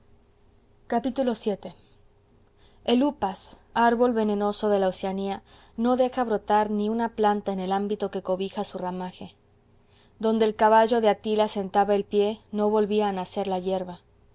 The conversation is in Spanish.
desventura vii el upas árbol venenoso de la oceanía no deja brotar ni una planta en el ámbito que cobija su ramaje donde el caballo de atila sentaba el pie no volvía a nacer la hierba